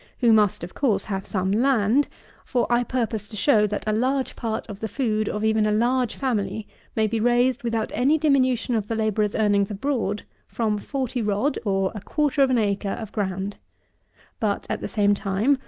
who must, of course, have some land for, i purpose to show, that a large part of the food of even a large family may be raised, without any diminution of the labourer's earnings abroad, from forty rod, or a quarter of an acre, of ground but at the same time,